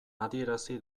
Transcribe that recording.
adierazi